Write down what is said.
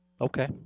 Okay